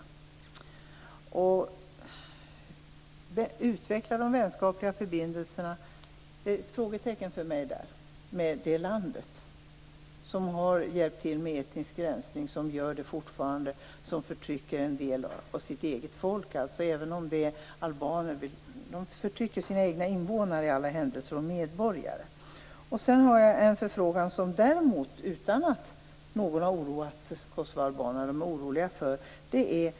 Det är ett frågetecken för mig vad som menas med att utveckla de vänskapliga förbindelserna med detta land som har hjälpt till med etnisk rensning och fortfarande gör det och förtrycker en del av sitt eget folk, även om det är albaner. Det förtrycker i alla händelser sina egna invånare och medborgare. Utan att någon har oroat kosovoalbanerna är de oroliga.